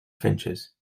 finches